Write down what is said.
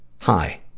hi